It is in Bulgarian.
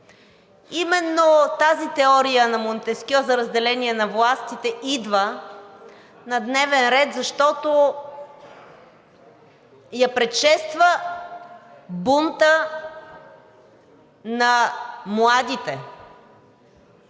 именно теорията на Монтескьо за разделение на властите идва на дневен ред, защото я предшества бунтът на младите